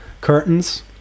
curtains